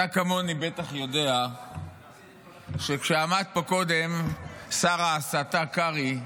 אתה כמוני בטח יודע שכשעמד פה קודם שר ההסתה קרעי,